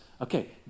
Okay